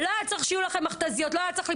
לא היה צריך שיהיו לכם מכתזיות,